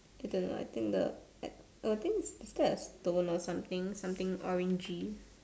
okay don't know I think the uh I think step stone or something something orangey